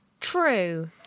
true